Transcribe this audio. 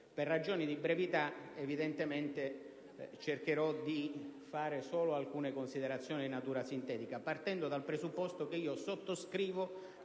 Per ragioni di brevità, cercherò di fare solo alcune considerazioni di natura sintetica, partendo dal presupposto che sottoscrivo